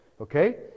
Okay